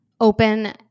open